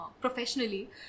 professionally